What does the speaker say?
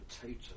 potato